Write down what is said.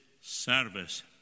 service